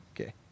Okay